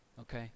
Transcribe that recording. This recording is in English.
Okay